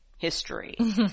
history